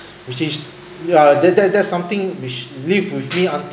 which is ya that that's something which live with me until